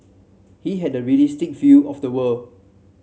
he had a realistic feel of the world